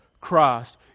Christ